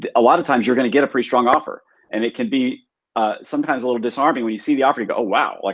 a lot of times you're gonna get a pretty strong offer and it can be sometimes a little disarming when you see the offer you go, oh wow, like